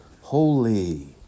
holy